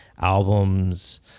albums